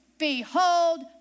Behold